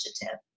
initiative